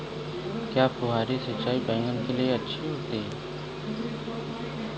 क्या फुहारी सिंचाई बैगन के लिए अच्छी होती है?